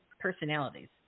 personalities